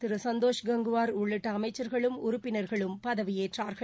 திரு சந்தோஷ் கங்வார் உள்ளிட்ட அமைச்சா்களும் உறுப்பினா்களும் பதவியேற்றாா்கள்